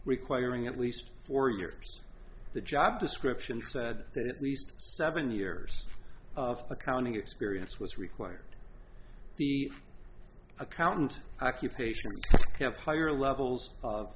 requiring at least four years the job description said that at least seven years of accounting experience was required the accountant occupation have higher levels of